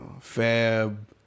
Fab